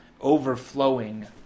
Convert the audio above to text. overflowing